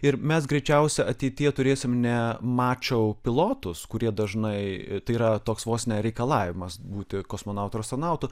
ir mes greičiausia ateityje turėsim ne mačou pilotus kurie dažnai tai yra toks vos ne reikalavimas būti kosmonautu ar astronautu